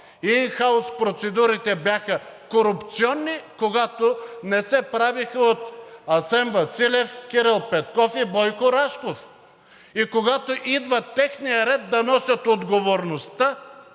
Ин хаус процедурите бяха корупционни, когато не се правеха от Асен Василев, Кирил Петков и Бойко Рашков и когато идва техният ред да носят отговорността